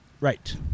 Right